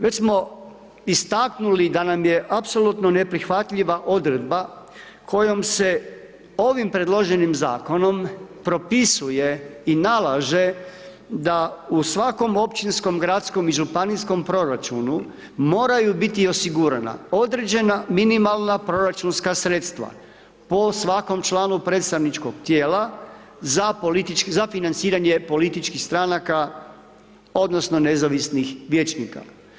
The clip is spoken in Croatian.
Već smo istaknuli da nam je apsolutno neprihvatljiva odredba kojom se ovim predloženim zakonom propisuje i nalaže da u svakom općinskom, gradskom i županijskom proračunu moraju biti osigurana određena minimalna proračunska sredstva po svakom članu predstavničkog tijela za financiranje političkih stranaka odnosno nezavisnih vijećnika.